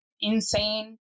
insane